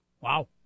Wow